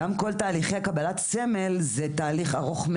גם כל תהליכי קבלת סמל זה תאריך ארוך,